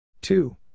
Two